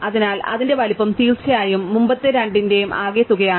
അതിനാൽ അതിന്റെ വലുപ്പം തീർച്ചയായും മുമ്പത്തെ രണ്ടിന്റെ ആകെത്തുകയാണ്